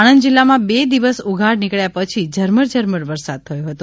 આણંદ જિલ્લામાં બે દિવસ ઉધાડ નીકબ્યા પછી ઝરમર ઝરમર વરસાદ થયો છે